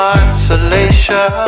isolation